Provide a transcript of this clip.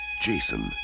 Jason